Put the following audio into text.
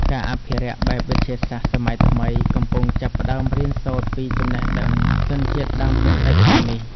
ការអភិរក្សបែបវិទ្យាសាស្ត្រសម័យថ្មី កំពុងចាប់ផ្តើមរៀនសូត្រពីចំណេះដឹងជនជាតិដើមភាគតិចទាំងនេះ។